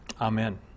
Amen